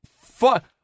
fuck